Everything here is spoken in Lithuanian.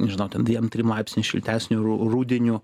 nežinau ten dviem trim laipsniais šiltesniu ru rudeniu